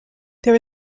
there